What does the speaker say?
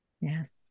yes